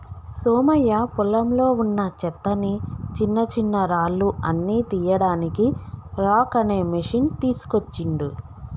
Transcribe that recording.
సోమయ్య పొలంలో వున్నా చెత్తని చిన్నచిన్నరాళ్లు అన్ని తీయడానికి రాక్ అనే మెషిన్ తీస్కోచిండు